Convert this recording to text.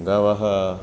गावः